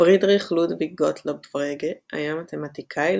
פרידריך לודוויג גוטלוב פרגה היה מתמטיקאי,